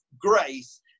grace